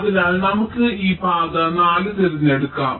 അതിനാൽ നമുക്ക് ഈ പാത 4 തിരഞ്ഞെടുക്കാം